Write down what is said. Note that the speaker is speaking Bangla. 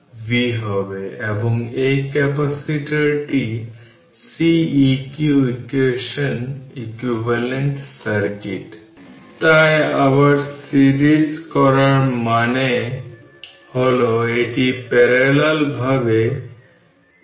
সুতরাং 4 মাইক্রোফ্যারাড ইকুইভ্যালেন্ট হবে তার মানে এই 4 মাইক্রোফ্যারাড তারপর 6 মাইক্রোফ্যারাড এবং 20 মাইক্রোফ্যারাড প্যারালাল প্যারালাল মানে এটি শুধু একটি কম্বিনেশন